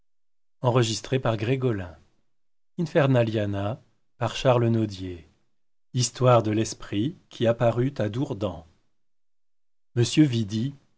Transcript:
histoire de l'esprit qui apparut a dourdans m